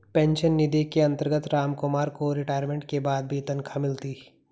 pension निधि के अंतर्गत रामकुमार को रिटायरमेंट के बाद भी तनख्वाह मिलती